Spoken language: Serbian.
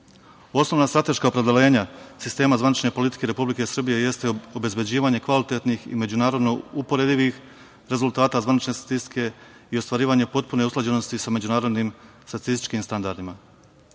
Srbije. Osnovna strateška opredeljenja sistema zvanične politike Republike Srbije jeste obezbeđivanje kvalitetnih i međunarodno uporedivih rezultata zvanične statistike i ostvarivanje potpune usklađenosti sa međunarodnim statističkim standardima. Najvažniji